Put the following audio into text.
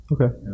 Okay